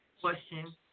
Question